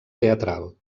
teatral